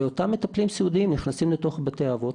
ואותם מטפלים סיעודיים נכנסים לתוך בתי האבות,